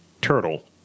turtle